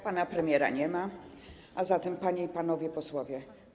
Pana premiera nie ma, zatem, Panie i Panowie Posłowie!